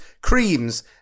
creams